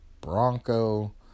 Bronco